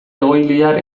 egoiliar